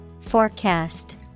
Forecast